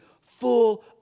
full